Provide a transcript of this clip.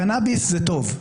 קנאביס זה טוב.